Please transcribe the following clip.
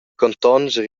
contonscher